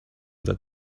that